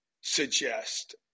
suggest